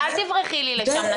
אל תברחי לי לשם,